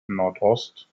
nordost